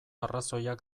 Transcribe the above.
arrazoiak